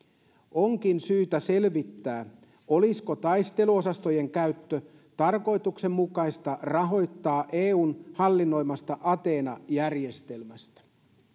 onkin syytä selvittää olisiko taisteluosastojen käyttö tarkoituksenmukaista rahoittaa eun hallinnoimasta athena järjestelmästä